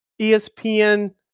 ESPN